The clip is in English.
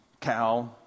cow